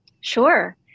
Sure